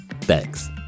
thanks